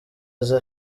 aza